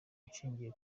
nshingiye